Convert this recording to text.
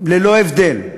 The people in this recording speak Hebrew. ללא הבדל,